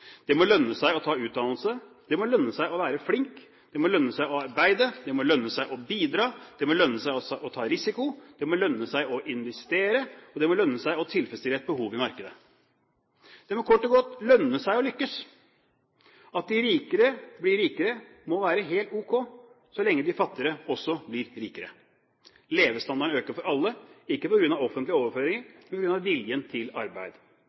Det må lønne seg å ta utdannelse, det må lønne seg å være flink, det må lønne seg å arbeide, det må lønne seg å bidra, det må lønne seg å ta risiko, det må lønne seg å investere, og det må lønne seg å tilfredsstille et behov i markedet. Det må kort og godt lønne seg å lykkes. At de rike blir rikere, må være helt ok så lenge de som er fattigere, også blir rikere. Levestandarden må øke for alle, ikke på grunn av offentlige overføringer, men på grunn av viljen til arbeid.